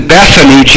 Bethany